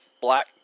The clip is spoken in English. black